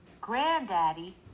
Granddaddy